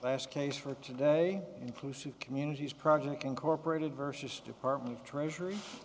last case for today inclusive communities project incorporated versus department of treasur